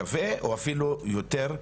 שווה או אפילו יותר.